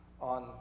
on